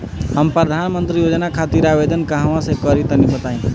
हम प्रधनमंत्री योजना खातिर आवेदन कहवा से करि तनि बताईं?